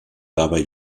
dabei